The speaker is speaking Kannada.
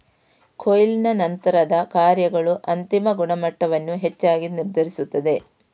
ಕೊಯ್ಲಿನ ನಂತರದ ಕಾರ್ಯಗಳು ಅಂತಿಮ ಗುಣಮಟ್ಟವನ್ನು ಹೆಚ್ಚಾಗಿ ನಿರ್ಧರಿಸುತ್ತದೆ